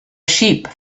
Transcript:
sheep